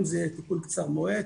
אם זה טיפול קצר-מועד,